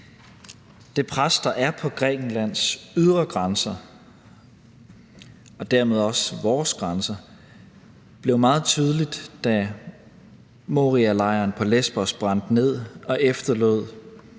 Det pres, der er på Grækenlands ydre grænser og dermed også vores grænser, blev meget tydeligt, da Morialejren på Lesbos brændte ned og efterlod